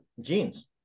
genes